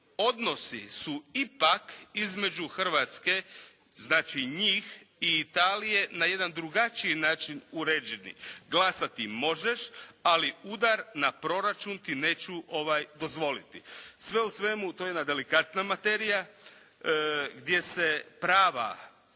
odnosi su ipak između Hrvatske, znači njih i Italije na jedan drugačiji način uređeni. Glasati možeš, ali udar na proračun ti neću dozvoliti. Sve u svemu to je jedna delikatna materija gdje se prava